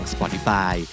Spotify